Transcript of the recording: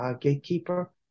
gatekeeper